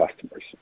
customers